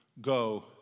go